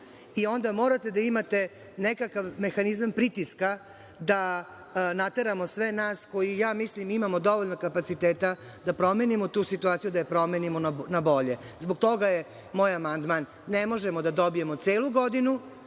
i onda morate da imate nekakav mehanizam pritiska da nateramo sve nas koji imamo dovoljno kapaciteta da promenimo tu situaciju, da je promenimo na bolje. Zbog toga je moj amandman – ne možemo da dobijemo celu godinu